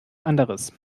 anderes